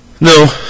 no